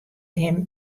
him